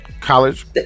College